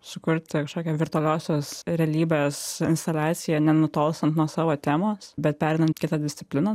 sukurti kažkokią virtualiosios realybės instaliaciją nenutolstant nuo savo temos bet perinant kitą discipliną